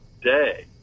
day